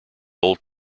old